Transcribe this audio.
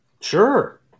Sure